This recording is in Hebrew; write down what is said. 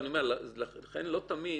לכן לא תמיד